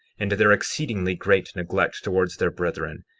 and their exceedingly great neglect towards their brethren,